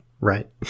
Right